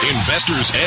Investor's